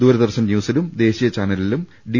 ദൂരദർശൻ ന്യൂസിലും ദേശീയ ചാനലിലും ഡി